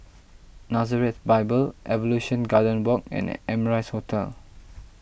Nazareth Bible Evolution Garden Walk and Amrise Hotel